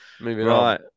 Right